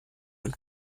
und